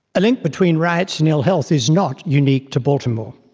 a link between riots and ill-health is not unique to baltimore.